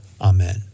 Amen